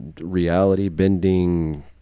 reality-bending